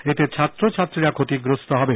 এতে ছাত্রছাত্রীরা ক্ষতিগ্রস্থ হবে